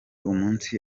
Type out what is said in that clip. umunsi